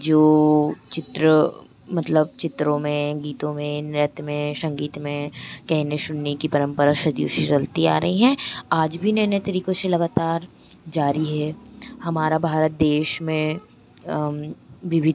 जो चित्र मतलब चित्रों में गीतों में नृत्य में संगीत में कहने सुनने की परम्परा सदियों से चलती आ रही है आज भी नए नए तरीक़ों से लगातार जारी है हमारे भारत देश में विभिन्न